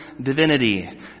divinity